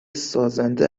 سازنده